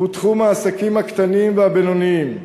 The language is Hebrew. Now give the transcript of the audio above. הוא תחום העסקים הקטנים והבינוניים.